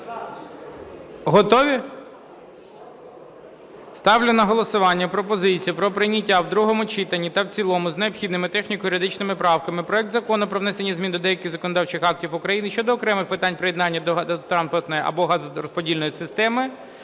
Готові? Ставлю на голосування пропозицію про прийняття в другому читанні та в цілому з необхідними техніко-юридичними правками проект Закону про внесення змін до деяких законодавчих актів України щодо окремих питань приєднання до газотранспортної або газорозподільної системи